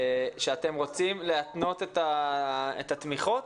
אתם רוצים להתנות את התמיכות?